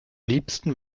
liebsten